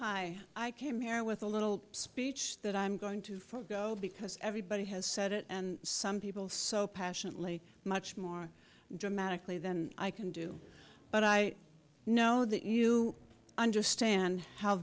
hi i came here with a little speech that i'm going to because everybody has said it and some people so passionately much more dramatically than i can do but i know that you understand how